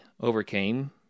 overcame